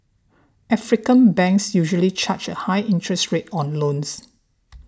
African banks usually charge a high interest rate on loans